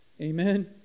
Amen